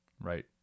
right